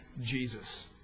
Jesus